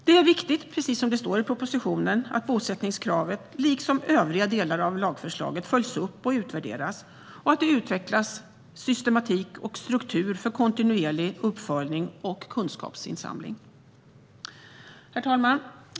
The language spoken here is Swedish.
Det är viktigt, precis som det står i propositionen, att bosättningskravet liksom övriga delar av lagförslaget följs upp och utvärderas och att det utvecklas systematik och struktur för kontinuerlig uppföljning och kunskapsinsamling. Herr talman!